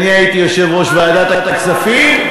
אני הייתי יושב-ראש ועדת הכספים?